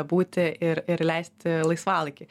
būti ir ir leisti laisvalaikį